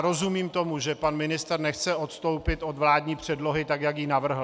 Rozumím tomu, že pan ministr nechce odstoupit od vládní předlohy, jak ji navrhl.